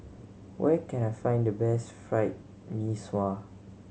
where can I find the best Fried Mee Sua